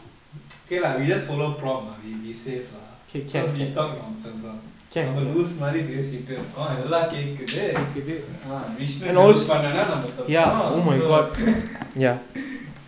okay lah we just follow prompt ah we be safe lah ah cause we talk nonsense lor நம்ப:namba loose மாறி பேசிட்டு இருக்கோம் எல்லா கேக்குது:mari pesittu irukkom ella kekkuthu ah vishnu level பண்ணான்னா நம்ம:pannanna namma is okay so